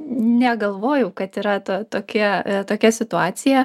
negalvojau kad yra to tokia tokia situacija